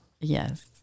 Yes